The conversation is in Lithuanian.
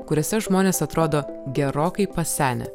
kuriose žmonės atrodo gerokai pasenę